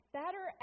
better